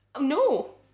No